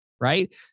right